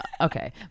Okay